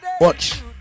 watch